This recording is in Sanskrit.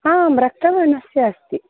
आम् रक्तवर्णस्य अस्ति